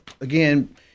again